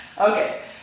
okay